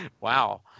Wow